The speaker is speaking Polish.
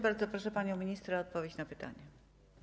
Bardzo proszę panią minister o odpowiedź na pytanie.